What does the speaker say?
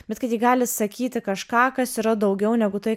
bet kad ji gali sakyti kažką kas yra daugiau negu tai